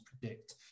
predict